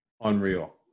unreal